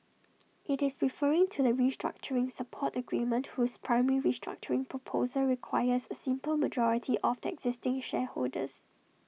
IT is referring to the restructuring support agreement whose primary restructuring proposal requires A simple majority of the existing shareholders